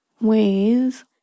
ways